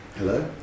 Hello